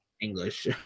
English